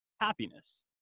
happiness